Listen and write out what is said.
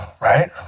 Right